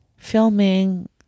Filming